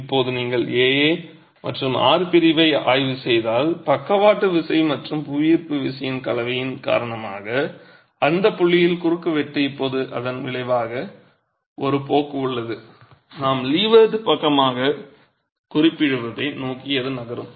இப்போது நீங்கள் AA மற்றும் R பிரிவை ஆய்வு செய்தால் பக்கவாட்டு விசை மற்றும் புவியீர்ப்பு விசையின் கலவையின் காரணமாக அந்த புள்ளியில் குறுக்குவெட்டு இப்போது அதன் விளைவாக ஒரு போக்கு உள்ளது நாம் லீவர்ட் பக்கமாக குறிப்பிடுவதை நோக்கி அது நகரும்